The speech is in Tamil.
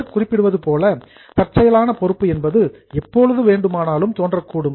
பெயர் குறிப்பிடுவதுபோல கண்டின்ஜெண்ட் லியாபிலிடீ தற்செயலான பொறுப்பு என்பது எப்பொழுது வேண்டுமானாலும் தோன்றக்கூடும்